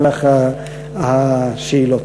ואני מקווה שיבואו לידי ביטוי במהלך השאלות.